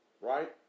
Right